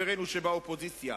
חברינו שבאופוזיציה.